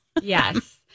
Yes